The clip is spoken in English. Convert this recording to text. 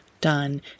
done